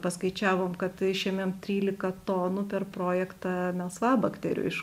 paskaičiavom kad išėmėm trylika tonų per projektą melsvabakterių iš